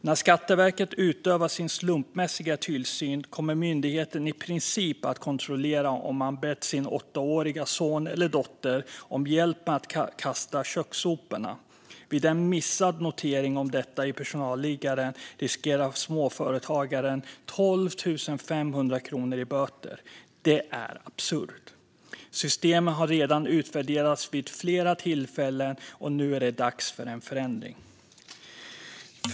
När Skatteverket utövar sin slumpmässiga tillsyn kommer myndigheten i princip att kontrollera om man bett sin åttaåriga son eller dotter om hjälp med att kasta kökssoporna. Vid en missad notering om detta i personalliggaren riskerar småföretagaren 12 500 kronor i böter. Det är absurt. Systemet har redan utvärderats vid flera tillfällen, och nu är det dags för förändring.